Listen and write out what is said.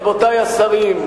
רבותי השרים,